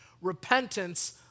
repentance